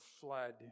flood